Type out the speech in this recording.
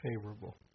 favorable